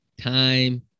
time